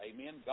Amen